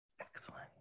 Excellent